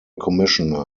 commissioner